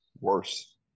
worse